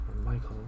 Michael